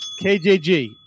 KJG